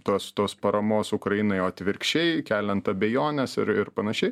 tos tos paramos ukrainai o atvirkščiai keliant abejones ir ir panašiai